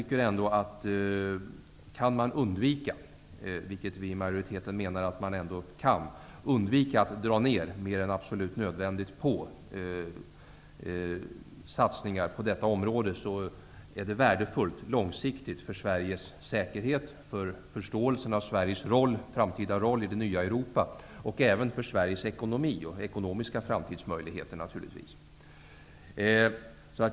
Kan man undvika att dra ner mer än absolut nödvändigt på satsningar på detta område -- vilket vi i majoriteten menar att man kan -- är det långsiktigt värdefullt för Sveriges säkerhet, förståelsen av Sveriges framtida roll i det nya Europa, och givetvis även för Sveriges ekonomi och ekonomiska möjligheter i framtiden.